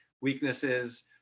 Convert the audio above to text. weaknesses